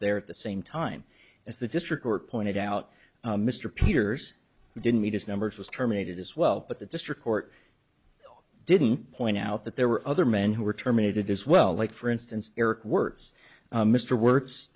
there at the same time as the district court pointed out mr peters who didn't meet his numbers was terminated as well but the district court didn't point out that there were other men who were terminated as well like for instance eric words mr w